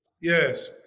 Yes